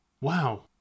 Wow